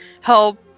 help